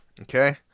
okay